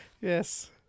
Yes